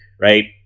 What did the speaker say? right